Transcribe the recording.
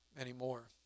anymore